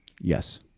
yes